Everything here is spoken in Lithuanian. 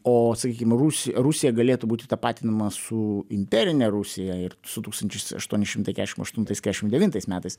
o sakykim rus rusija galėtų būti tapatinama su imperine rusija ir su tūkstantis aštuoni šimtai kešim aštuntais kešim devintais metais